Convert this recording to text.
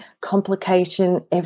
complication